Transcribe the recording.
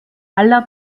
aller